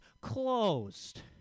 closed